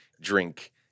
drink